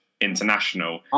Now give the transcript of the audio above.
international